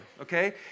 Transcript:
okay